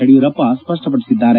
ಯಡಿಯೂರಪ್ಪ ಸ್ಪಷ್ಟಪಡಿಸಿದ್ದಾರೆ